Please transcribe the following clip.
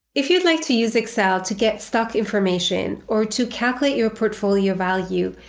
if you'd like to use excel to get stock information or to calculate your portfolio value,